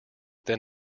then